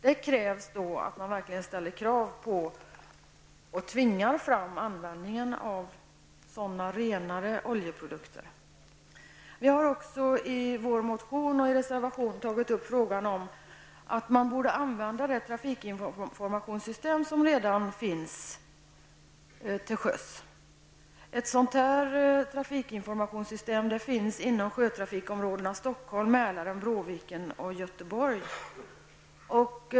Det krävs då att man verkligen ställer krav på och tvingar fram användning av sådana renare oljeprodukter. Vi har också i motion och reservation tagit upp frågan om att man borde använda det trafikinformationssystem som redan finns till sjöss. Ett sådan trafikinformationssystem finns inom sjötrafikområdena Stockholm, Mälaren, Bråviken och Göteborg.